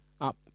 up